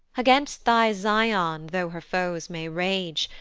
against thy zion though her foes may rage,